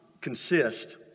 consist